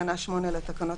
בתקנה 8א(8)(ו) לתקנות